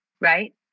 right